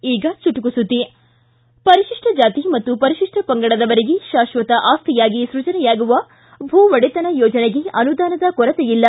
ಈಗ ಚುಟುಕು ಸುದ್ದಿ ಪರಿಶಿಷ್ಟ ಜಾತಿ ಮತ್ತು ಪರಿಶಿಷ್ಟ ಪಂಗಡದವರಿಗೆ ಶಾಶ್ವತ ಆಸ್ತಿಯಾಗಿ ಸ್ಟಜನೆಯಾಗುವ ಭೂಒಡೆತನ ಯೋಜನೆಗೆ ಅನುದಾನದ ಕೊರತೆ ಇಲ್ಲ